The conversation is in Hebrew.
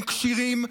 הם כשירים,